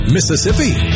Mississippi